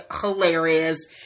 hilarious